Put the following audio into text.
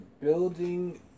building